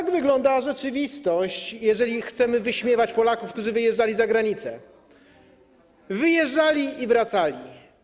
Tak wygląda rzeczywistość, jeżeli chcemy wyśmiewać Polaków, którzy wyjeżdżali za granicę: wyjeżdżali i wracali.